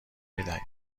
میدهید